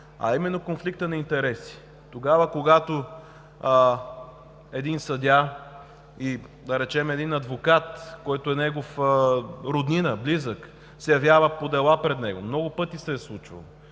а именно – конфликтът на интереси. Тогава, когато един съдия и да речем един адвокат, който е негов роднина, близък, се явява по дела пред него – много пъти се е случвало,